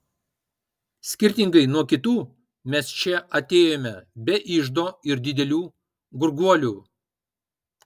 skirtingai nuo kitų mes čia atėjome be iždo ir didelių gurguolių